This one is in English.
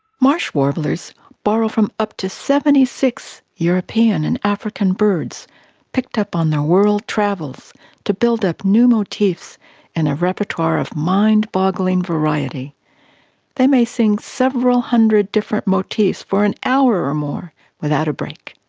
marsh warblers borrow from up to seventy six european and african birds picked up on their world travels to build up new motifs in and a repertoire of mind-boggling variety they may sing several hundred different motifs for an hour or more without a break.